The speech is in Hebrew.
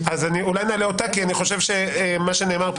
אולי נעלה אותה כי אני חושב שמה שנאמר פה